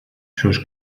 sus